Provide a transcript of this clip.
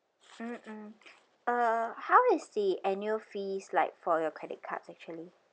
mm mm uh how is the annual fees like for your credit card actually